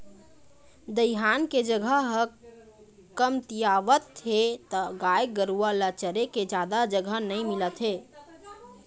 दइहान के जघा ह कमतियावत हे त गाय गरूवा ल चरे के जादा जघा नइ मिलत हे